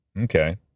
Okay